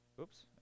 Oops